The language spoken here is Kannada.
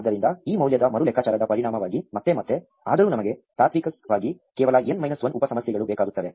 ಆದ್ದರಿಂದ ಈ ಮೌಲ್ಯದ ಮರು ಲೆಕ್ಕಾಚಾರದ ಪರಿಣಾಮವಾಗಿ ಮತ್ತೆ ಮತ್ತೆ ಆದರೂ ನಮಗೆ ತಾತ್ವಿಕವಾಗಿ ಕೇವಲ n ಮೈನಸ್ 1 ಉಪ ಸಮಸ್ಯೆಗಳು ಬೇಕಾಗುತ್ತವೆ